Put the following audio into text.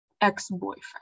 ex-boyfriend